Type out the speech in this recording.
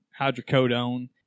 hydrocodone